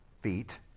feet